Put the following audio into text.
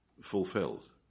fulfilled